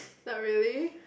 not really